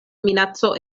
minaco